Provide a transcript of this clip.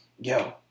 yo